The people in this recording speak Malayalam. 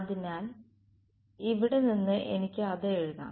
അതിനാൽ ഇവിടെ നിന്ന് എനിക്ക് അത് എഴുതാം